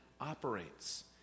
operates